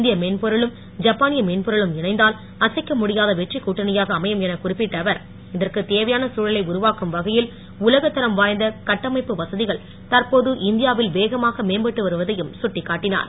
இந்திய மெனபொருளும் ஜப்பானிய மென்பொருளும் இணைந்தால் அசைக்க முடியாத வெற்றிக் க்கட்டணியாக அமையும் எனக் குறிப்பிட்ட அவர் இதற்குத் தேவையான சூழலை உருவாக்கும் வகையில் உலகத் தரம் வாய்ந்த கட்டமைப்பு வசதிகள் தற்போது இந்தியா வில் வேகமாக மேம்பட்டு வருவதையும் சுட்டிக்காட்ழனார்